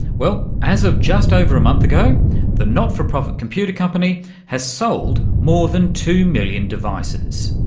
well, as of just over a month ago the not-for profit computer company has sold more than two million devices.